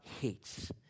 hates